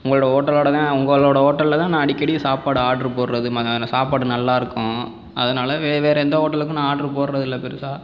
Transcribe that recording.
உங்களோடய ஹோட்டலோடதான் உங்களோடய ஹோட்டல்லேதான் நான் அடிக்கடி சாப்பாடு ஆட்ரு போடறது மத்தியானம் சாப்பாடு நல்லாயிருக்கும் அதனால் வே வேறு எந்த ஹோட்டலுக்கும் நான் ஆட்ரு போடறது இல்லை பெருசாக